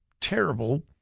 terrible